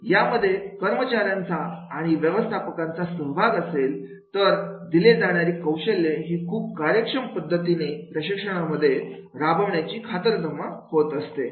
यामध्ये कर्मचाऱ्यांचा आणि व्यवस्थापकांचा सहभाग असेल तर दिले जाणारी कौशल्य ही खूप कार्यक्षम पद्धतीने प्रशिक्षणामध्ये राबवण्याची खातरजमा होतं असते